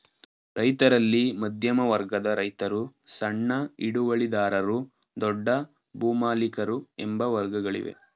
ರೈತರಲ್ಲಿ ಮಧ್ಯಮ ವರ್ಗದ ರೈತರು, ಸಣ್ಣ ಹಿಡುವಳಿದಾರರು, ದೊಡ್ಡ ಭೂಮಾಲಿಕರು ಎಂಬ ವರ್ಗಗಳಿವೆ